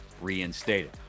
reinstated